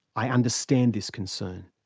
i understand this concern.